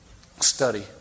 study